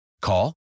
Call